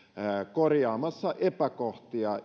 korjaamassa epäkohtia